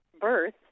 birth